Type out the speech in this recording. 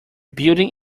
building